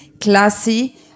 classy